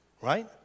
Right